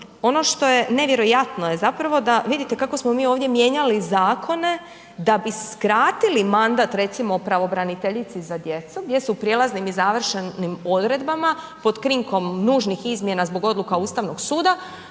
ono što je nevjerojatno je zapravo da vidite kako smo mi ovdje mijenjali zakone da bi skratili mandat recimo pravobraniteljici za djecu gdje su u prijelaznim i završnim odredbama pod krinkom nužnih izmjena zbog odluka Ustavnog suda